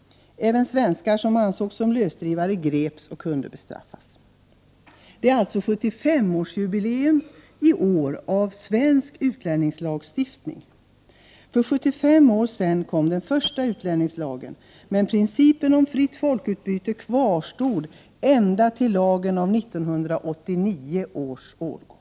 Även svenskar som ansågs som lösdrivare greps och kunde bestraffas. Det är alltså 75-årsjubileum i år av svensk utlänningslagstiftning. För 75 år sedan kom den första utlänningslagen, men principen om fritt folkutbyte kvarstod ända till lagen av 1989 års årgång.